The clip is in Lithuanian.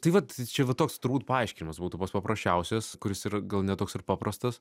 tai vat čia va toks turbūt paaiškinimas būtų pats paprasčiausias kuris yra gal ne toks ir paprastas